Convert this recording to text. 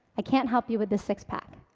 i can't help you with the six-pack,